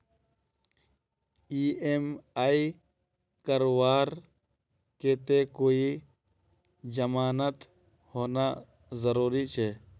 EMI करवार केते कोई जमानत होना जरूरी छे?